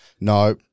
No